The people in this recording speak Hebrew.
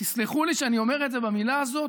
ותסלחו לי שאני אומר את זה במילה הזאת,